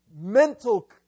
Mental